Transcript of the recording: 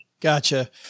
Gotcha